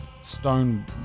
stone